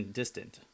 distant